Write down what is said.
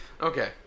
okay